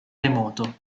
remoto